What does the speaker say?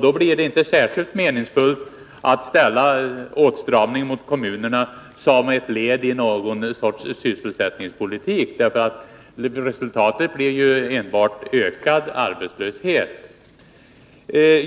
Då blir det inte särskilt meningsfullt att motivera åtstramning gentemot kommunerna med industrins arbetskraftsbehov — resultatet blir ju enbart ökad arbetslöshet.